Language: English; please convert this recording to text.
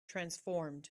transformed